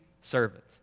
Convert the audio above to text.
servant